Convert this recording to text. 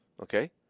okay